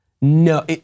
No